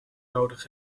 nodig